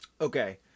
Okay